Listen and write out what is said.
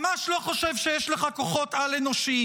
ממש לא חושב שיש לך כוחות על-אנושיים.